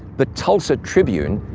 the tulsa tribune,